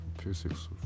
physics